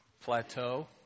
plateau